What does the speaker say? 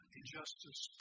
injustice